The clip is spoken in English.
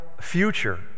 future